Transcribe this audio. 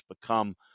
become